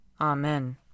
Amen